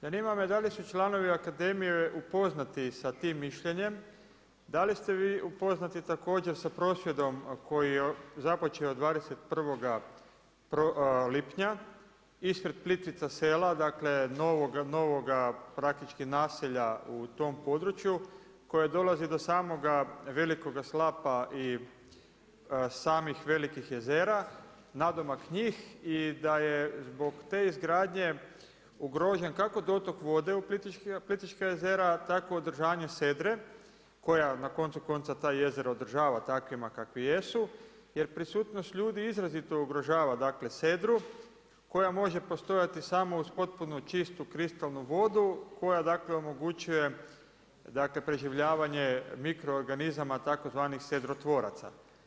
Zanima me da li su članovi akademije upoznati sa tim mišljenjem, da li ste vi upoznati također sa prosvjedom koji je započeo 21. lipnja ispred Plitvica Sela, dakle novoga praktički naselja u tom području koje dolazi do samoga Velikoga slapa i samih velikih jezera, nadomak njih i da je zbog te izgradnje ugrožen kako dotok vode u Plitvičkim jezera tako održanje sedre koja na koncu konca ta jezera odražava takvima kakvi jesu, jer prisutnost ljudi izrazito ugrožava dakle sedru koja može postojati samo uz potpuno čistu kristalnu vodu koja dakle omogućuje, dakle preživljavanje mikro organizama tzv. sedrotvoraca.